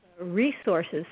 resources